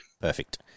Perfect